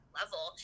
level